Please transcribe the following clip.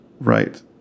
Right